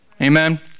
Amen